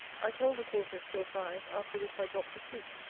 i told the quarters till five after which i dropt asleep,